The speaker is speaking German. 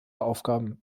aufgaben